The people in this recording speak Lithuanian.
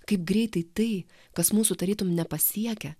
kaip greitai tai kas mūsų tarytum nepasiekia